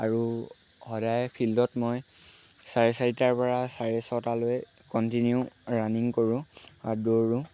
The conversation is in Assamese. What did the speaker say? আৰু সদায় ফিল্ডত মই চাৰে চাৰিটাৰপৰা চাৰে ছটালৈ কণ্টিনিউ ৰানিং কৰোঁ আৰু দৌৰোঁ